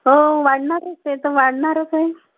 हो वाढणारच आहे तर वाढणारच आहे